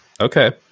Okay